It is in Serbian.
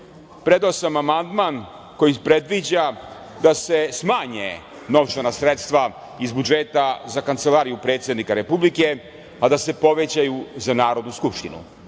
predao sam amandman koji predviđa da se smanje novčana sredstva iz budžeta za Kancelariju predsednika Republike, a da se povećaju za Narodnu skupštinu,